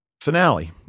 finale